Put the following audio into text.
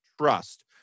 trust